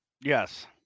Yes